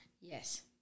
Yes